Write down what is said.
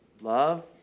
love